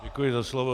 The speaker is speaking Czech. Děkuji za slovo.